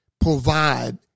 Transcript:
provide